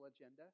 agenda